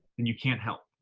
then you can't help.